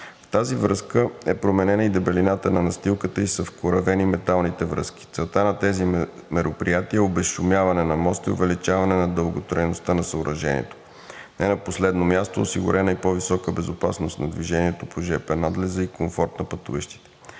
тази връзка е променена и дебелината на настилката и са вкоравени металните връзки. Целта на тези мероприятия е обезшумяване на моста и увеличаване на дълготрайността на съоръжението. Не на последно място, осигурена е и по-висока безопасност на движението по жп надлеза и комфорт на пътуващите.